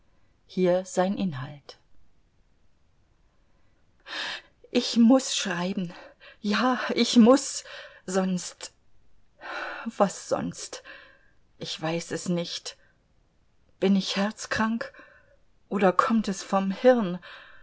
hier sein inhalt ich muß schreiben ja ich muß sonst was sonst ich weiß es nicht bin ich herzkrank oder kommt es vom hirn